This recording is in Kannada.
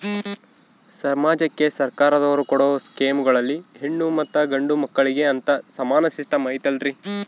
ಸಮಾಜಕ್ಕೆ ಸರ್ಕಾರದವರು ಕೊಡೊ ಸ್ಕೇಮುಗಳಲ್ಲಿ ಹೆಣ್ಣು ಮತ್ತಾ ಗಂಡು ಮಕ್ಕಳಿಗೆ ಅಂತಾ ಸಮಾನ ಸಿಸ್ಟಮ್ ಐತಲ್ರಿ?